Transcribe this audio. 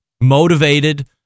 motivated